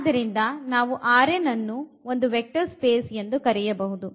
ಆದರಿಂದ ನಾವು ಅನ್ನು ಒಂದು ವೆಕ್ಟರ್ ಸ್ಪೇಸ್ ಎಂದು ಕರೆಯಬಹುದು